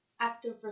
Active